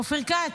אופיר כץ.